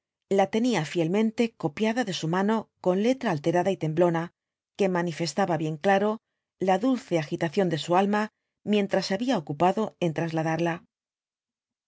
la tenia fielmente copiada de su mano con letra alterada y temblona que manifestaba bien daro la dulce agitación de su alma mientras se babia ocupado en trasladarla